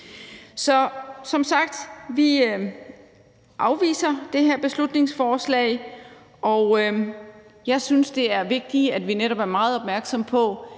Så som sagt afviser vi det her beslutningsforslag, og jeg synes, det er vigtigt, at vi netop er meget opmærksomme på,